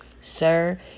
Sir